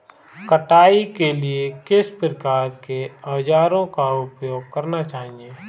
कटाई के लिए किस प्रकार के औज़ारों का उपयोग करना चाहिए?